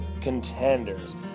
contenders